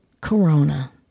Corona